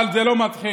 אבל זה לא מצחיק.